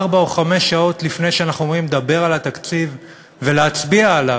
ארבע או חמש שעות לפני שאנחנו אמורים לדבר על התקציב ולהצביע עליו,